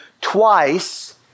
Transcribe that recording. twice